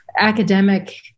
academic